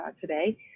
today